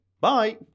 Bye